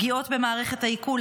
פגיעות במערכת העיכול,